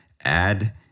add